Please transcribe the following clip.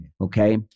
Okay